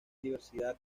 diversidad